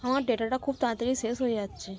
আমার ডেটাটা খুব তাড়াতাড়ি শেষ হয়ে যাচ্ছে